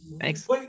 Thanks